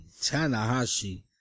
Tanahashi